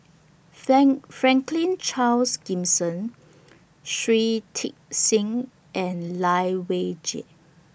Frank Franklin Charles Gimson Shui Tit Sing and Lai Weijie